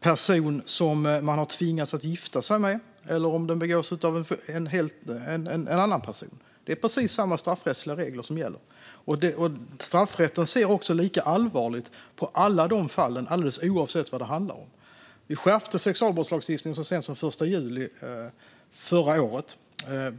person som man har tvingats att gifta sig med eller om den begås av annan person. Det är precis samma straffrättsliga regler som gäller. Straffrätten ser också lika allvarligt på alla de fallen alldeles oavsett vad det handlar om. Vi skärpte sexualbrottslagstiftningen så sent som den 1 juli förra året.